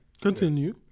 Continue